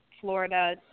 Florida